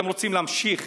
אתם רוצים להמשיך